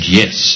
yes